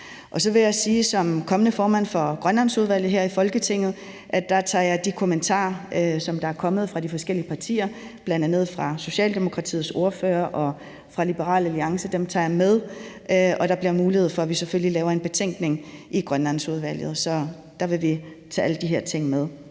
Så vil jeg sige som kommende formand for Grønlandsudvalget her i Folketinget, at jeg vil tage de kommentarer, der er kommet fra de forskellige partier, bl.a. fra Socialdemokratiets ordfører og fra Liberal Alliance, med, og at der selvfølgelig bliver mulighed for, at vi laver en betænkning i Grønlandsudvalget. Så der vil vi tage alle de her ting med.